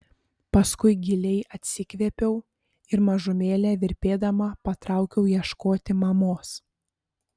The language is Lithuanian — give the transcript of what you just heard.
paskui giliai atsikvėpiau ir mažumėlę virpėdama patraukiau ieškoti mamos